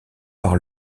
par